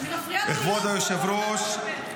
תתביישו לכם.